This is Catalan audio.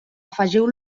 afegiu